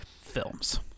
films